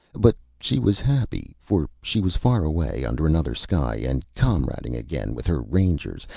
but she was happy, for she was far away under another sky, and comrading again with her rangers,